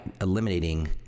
eliminating